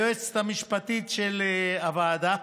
היועצת המשפטית של הוועדה,